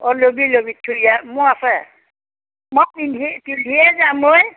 অঁ ল'বি ল'বি থুৰীয়া মোৰ আছে মই পিন্ধি পিন্ধিয়ে পিন্ধিয়ে যাম ঐ